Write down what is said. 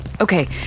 okay